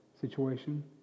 situation